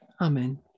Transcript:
Amen